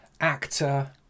actor